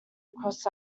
across